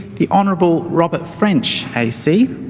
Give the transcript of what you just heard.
the honorable robert french ac,